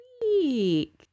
week